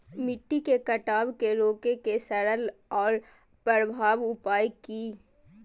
मिट्टी के कटाव के रोके के सरल आर प्रभावी उपाय की?